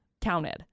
counted